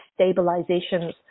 stabilizations